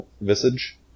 visage